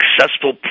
successful